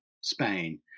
Spain